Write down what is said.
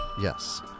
Yes